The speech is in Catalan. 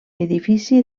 edifici